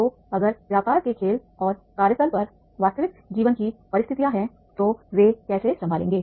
तो अगर व्यापार के खेल और कार्यस्थल पर वास्तविक जीवन की परिस्थितियां हैं तो वे कैसे संभालेंगे